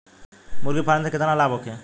मुर्गी पालन से केतना तक लाभ होखे?